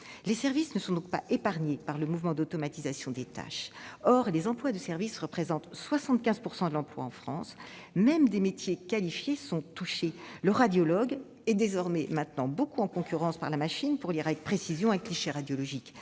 Les services ne sont donc pas épargnés par le mouvement d'automatisation des tâches. Or les emplois de service représentent 75 % de l'emploi en France. Même des métiers qualifiés sont touchés : le radiologue est désormais en concurrence avec la machine pour lire avec précision un cliché radiographique,